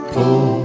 Pull